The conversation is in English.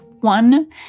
One